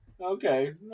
Okay